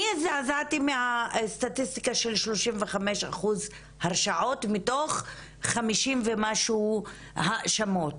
אני הזדעזעתי מהסטטיסטיקה של 35 אחוז הרשעות מתוך 50 ומשהו האשמות.